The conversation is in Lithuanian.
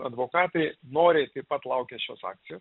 advokatai noriai taip pat laukia šios akcijos